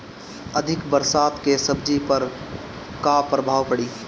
अधिक बरसात के सब्जी पर का प्रभाव पड़ी?